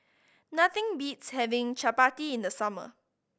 nothing beats having Chapati in the summer